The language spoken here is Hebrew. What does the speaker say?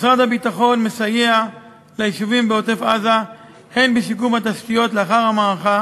משרד הביטחון מסייע ליישובים בעוטף-עזה הן בשיקום התשתיות לאחר המערכה